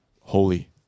holy